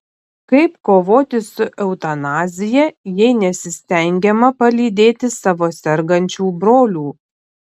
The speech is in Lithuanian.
kaip kovoti su eutanazija jei nesistengiama palydėti savo sergančių brolių